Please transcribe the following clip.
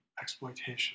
exploitation